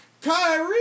Kyrie